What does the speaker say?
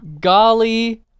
Golly